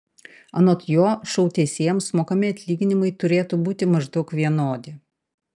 anot jo šou teisėjams mokami atlyginimai turėtų būti maždaug vienodi